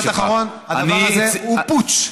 משפט אחרון: הדבר הזה הוא פוטש.